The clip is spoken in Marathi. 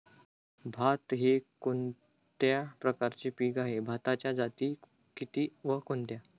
भात हे कोणत्या प्रकारचे पीक आहे? भाताच्या जाती किती व कोणत्या?